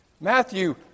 Matthew